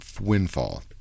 windfall